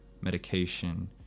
medication